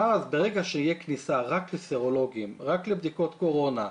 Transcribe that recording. ואז ברגע שתהיה כניסה רק לסרולוגים ורק לבדיקות קורונה,